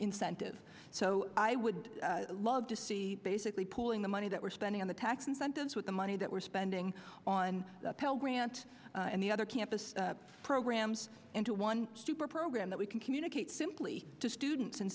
incentive so i would love to see basically pulling the money that we're spending on the tax incentives with the money that we're spending on pell grant and the other campus programs into one super program that we can communicate simply to students